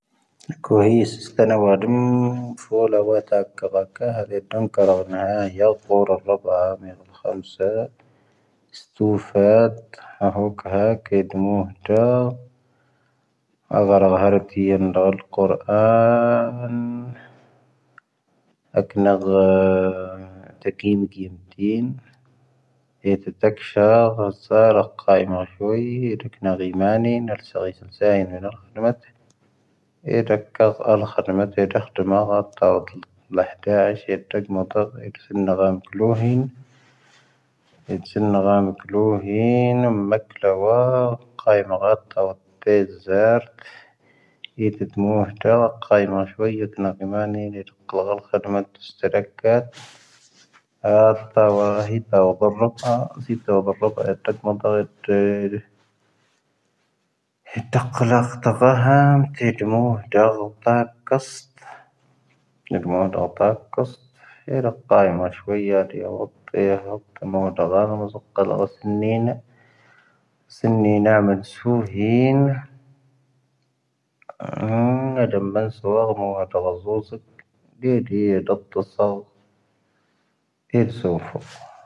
ⴷⵀⴰ ⵔⵜⴰ ⴽⴰⵙⵜ. ⵏⵉⴷ ⵎo ⴷⵀⴰ ⵔⵜⴰ ⴽⴰⵙⵜ. ⵀⵉⴷⴰ ⵇⴰⵉⵎⴰ ⵙⵀⵡⵉⵢⵢⴰⵜ. ⵢⴰⵡⵓⵜⵜⴻ ⵢⴰⵡⵓⵜⵜⴻ ⵎo ⴷⵀⴰ ⴷⵀⴰ. ⵎo ⴷⵀⴰ ⴷⵀⴰ ⵎo ⵣⵓⴽⵇⴰ. ⵍⵀⴰ ⵙⵉⵏⵏⴻⴻⵏ. ⵙⵉⵏⵏⴻⴻⵏ ⵏⴰⵎⴰⵏ ⵙⵀⵓⵀⴻⴻⵏ. ⵏⵉⴷ ⵎⴱⴰ ⵏⵙⵡⴰⵔ. ⵎo ⴰⵜⴰⵔⴰⵣⵓⵣⵉⴽ. ⴳⴰⴷⴻ ⵀⵉⵢⴰ ⴷⵀⴰ ⴷⵀⴰ ⵜⵙⴰ. ⵉⴷⵣⵓⴼo.